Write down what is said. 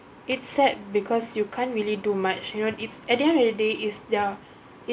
its sad because you can't really do much you know it's at the end of the day is the